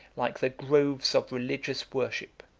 like the groves of religious worship.